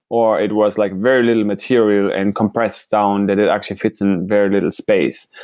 or it was like very little material and compressed down that it actually fits in very little space,